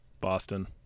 Boston